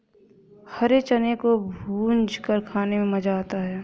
हरे चने को भूंजकर खाने में मज़ा आता है